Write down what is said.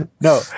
no